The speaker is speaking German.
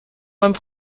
meinem